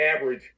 average